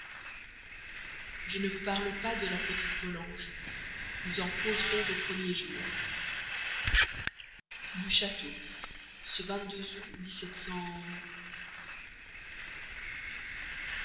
je ne vous parle pas de la petite volanges nous en causerons au premier jour du château